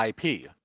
ip